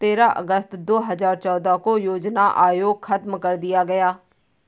तेरह अगस्त दो हजार चौदह को योजना आयोग खत्म कर दिया गया